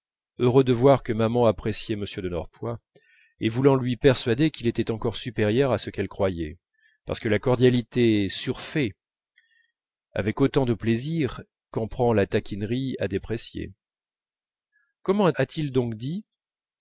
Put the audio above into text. heureux de voir que maman appréciait m de norpois et voulant lui persuader qu'il était encore supérieur à ce qu'elle croyait parce que la cordialité surfait avec autant de plaisir qu'en prend la taquinerie à déprécier comment a-t-il donc dit